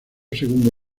segundo